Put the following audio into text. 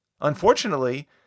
Unfortunately